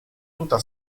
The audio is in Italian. tuta